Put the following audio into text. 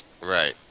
Right